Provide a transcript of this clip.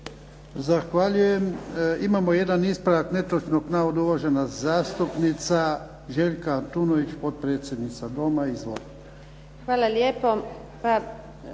Zahvaljujem. Imamo jedan ispravak netočnog navoda. Uvažena zastupnica Željka Antunović, potpredsjednica Doma. Izvolite.